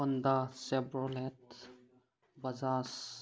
Honda Chevrolet Bajaj